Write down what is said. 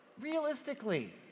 realistically